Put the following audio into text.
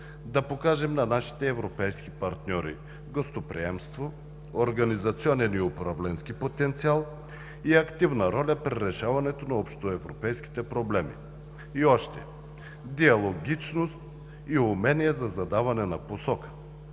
да покажем на нашите европейски партньори гостоприемство, организационен и управленски потенциал и активна роля при решаването на общоевропейските проблеми, и още – диалогичност и умения за задаване на посока,